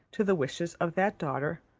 to the wishes of that daughter,